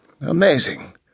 Amazing